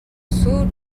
sud